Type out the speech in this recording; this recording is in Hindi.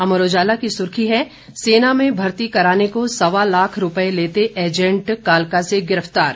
अमर उजाला की सुर्खी है सेना में भर्ती कराने को सवा लाख रूपये लेते एजेंट कालका से गिरफ्तार